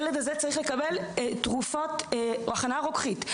הילד הזה צריך לקבל תרופות והכנה רוקחית.